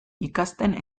ikasten